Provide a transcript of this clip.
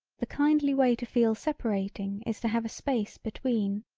the kindly way to feel separating is to have a space between.